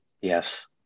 Yes